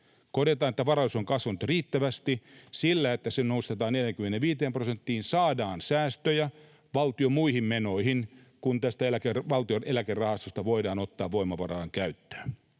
sitä, että varallisuus on kasvanut jo riittävästi, sillä, että se nostetaan 45 prosenttiin, ja saadaan säästöjä valtion muihin menoihin, kun tästä Valtion Eläkerahastosta voidaan ottaa voimavaraa käyttöön.